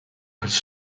das